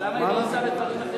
אז למה היא לא עושה בדברים אחרים?